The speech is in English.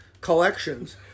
collections